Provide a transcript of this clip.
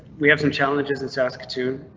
we have some challenges in saskatoon.